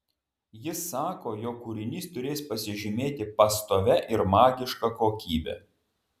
jis sako jog kūrinys turės pasižymėti pastovia ir magiška kokybe